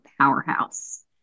powerhouse